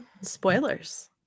Spoilers